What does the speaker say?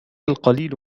القليل